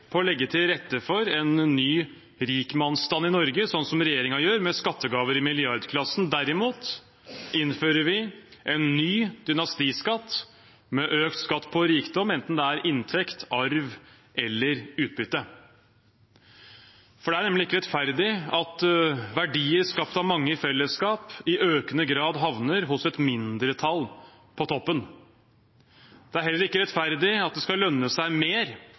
på å legge til rette for en ny rikmannsstand i Norge, sånn som regjeringen gjør, med skattegaver i milliardklassen. Derimot innfører vi en ny dynastiskatt, med økt skatt på rikdom, enten det er inntekt, arv eller utbytte. For det er nemlig ikke rettferdig at verdier skapt av mange i fellesskap, i økende grad havner hos et mindretall på toppen. Det er heller ikke rettferdig at det skal lønne seg mer